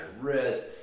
wrist